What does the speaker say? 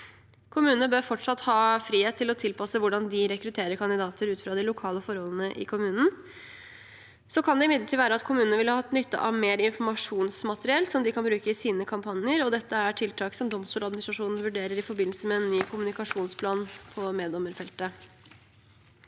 Kommunene bør fortsatt ha frihet til å tilpasse hvordan de rekrutterer kandidater ut fra de lokale forholdene i kommunen. Det kan imidlertid være at kommunene ville hatt nytte av mer informasjonsmateriell som de kan bruke i sine kampanjer. Dette er tiltak Domstoladministrasjonen vurderer i forbindelse med en ny kommunikasjonsplan på meddommerfeltet.